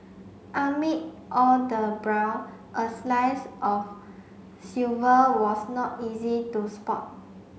amid all the brown a slice of silver was not easy to spot